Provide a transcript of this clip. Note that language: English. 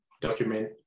document